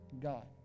God